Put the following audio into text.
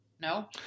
no